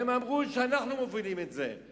הם אמרו: אנחנו מובילים את זה.